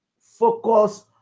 focus